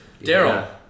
Daryl